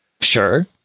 Sure